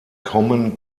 kommen